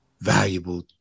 valuable